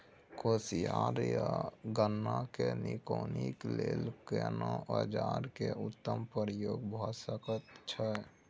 कोसयार आ गन्ना के निकौनी के लेल केना औजार के उत्तम प्रयोग भ सकेत अछि?